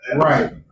right